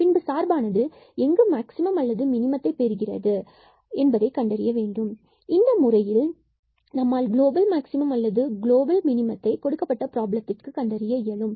பின்பு சார்பானது எங்கு மேக்ஸிமம் அல்லது மினிமதத்தை பெறுகிறது என்பதை பார்க்க வேண்டும் எனவே இந்த முறையில் நம்மால் கிலோபல் மேக்ஸிமம் அல்லது மினிமத்தை கொடுக்கப்பட்ட பிராபலத்திற்கு கண்டறிய இயலும்